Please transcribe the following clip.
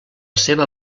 seva